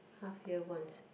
half year once